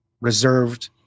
reserved